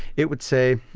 it would say,